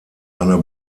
eine